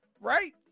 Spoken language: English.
right